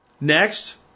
Next